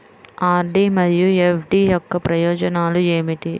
RD మరియు FD యొక్క ప్రయోజనాలు ఏమిటి?